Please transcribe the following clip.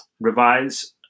revise